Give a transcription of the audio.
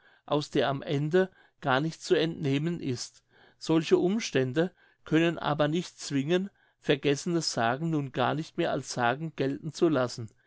aus der am ende gar nichts zu entnehmen ist solche umstände können aber nicht zwingen vergessene sagen nun gar nicht mehr als sagen gelten zu lassen